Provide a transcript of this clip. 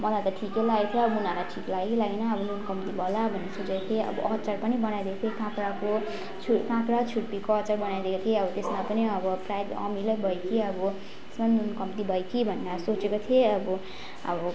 मलाई त ठिकै लागेको थियो अब उनीहरूलाई ठिक लाग्यो कि लागेन अब नुन कम्ती भयो होला भनेर सोचेको थिएँ अब अचार पनि बनाइदिएको थिएँ काँक्राको छु काँक्रा छुर्पीको अचार बनाइदिएको थिएँ अब त्यसमा पनि अब सायद अमिलो भयो कि अब त्यसमा नुन कम्ती भयो कि भनेर सोचेको थिएँ अब अब